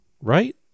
right